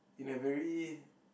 in a very